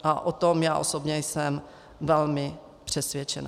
O tom já osobně jsem velmi přesvědčena.